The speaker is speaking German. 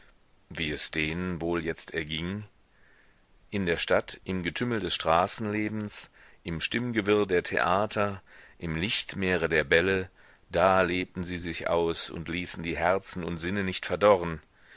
wie es denen wohl jetzt erging in der stadt im getümmel des straßenlebens im stimmengewirr der theater im lichtmeere der bälle da lebten sie sich aus und ließen die herzen und sinne nicht verdorren